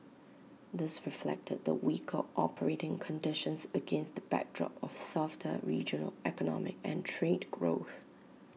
this reflected the weaker operating conditions against the backdrop of softer regional economic and trade growth